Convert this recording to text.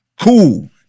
Cool